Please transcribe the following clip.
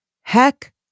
Heck